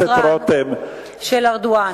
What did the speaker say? והשקרן של ארדואן.